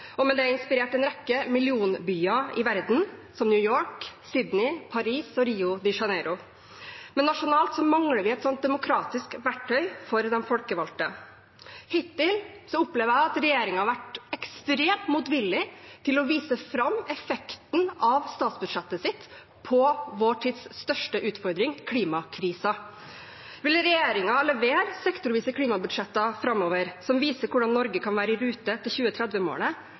og med det inspirert en rekke millionbyer i verden, som New York, Sydney, Paris og Rio de Janeiro – men nasjonalt mangler vi et sånt demokratisk verktøy for de folkevalgte. Hittil opplever jeg at regjeringen har vært ekstremt motvillig til å vise fram effekten av statsbudsjettet sitt på vår tids største utfordring: klimakrisa. Vil regjeringen levere sektorvise klimabudsjetter framover som viser hvordan Norge kan være i rute til